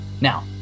Now